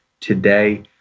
today